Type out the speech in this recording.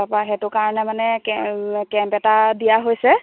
তাৰপৰা সেইটো কাৰণে মানে কেম্প এটা দিয়া হৈছে